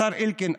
השר אלקין,